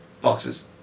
boxes